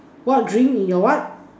what drink in your what